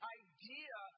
idea